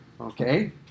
okay